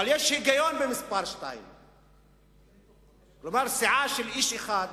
אבל יש היגיון במספר 2. כלומר, סיעה של איש אחד,